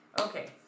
okay